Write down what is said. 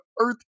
earth